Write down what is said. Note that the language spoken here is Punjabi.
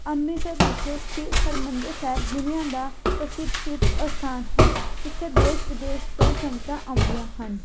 ਅੰਮ੍ਰਿਤਸਰ ਵਿਖੇ ਸਥਿਤ ਹਰਿਮੰਦਰ ਸਾਹਿਬ ਦੁਨੀਆ ਦਾ ਪ੍ਰਸਿੱਧ ਤੀਰਥ ਅਸਥਾਨ ਹੈ ਜਿੱਥੇ ਦੇਸ਼ ਵਿਦੇਸ਼ ਤੋਂ ਸੰਗਤਾਂ ਆਉਂਦੀਆਂ ਹਨ